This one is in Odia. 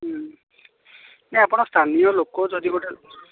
ହୁଁ ନାଇଁ ଆପଣ ସ୍ଥାନୀୟ ଲୋକ ଯଦି ଗୋଟିଏ